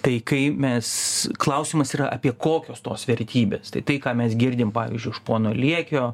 tai kai mes klausimas yra apie kokios tos vertybės tai tai ką mes girdim pavyzdžiui iš pono liekio